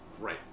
Right